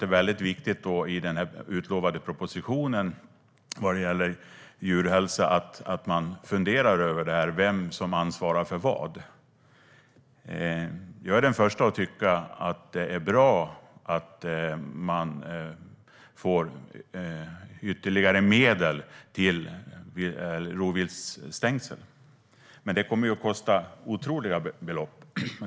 Det är väldigt viktigt att man i den utlovade propositionen om djurhälsa funderar över vem som ansvarar för vad. Jag är den första att tycka att det är bra att man får ytterligare medel till rovviltsstängsel, men det kommer ju att kosta otroligt stora belopp.